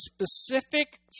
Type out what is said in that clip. specific